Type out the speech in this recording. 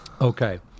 Okay